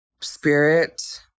spirit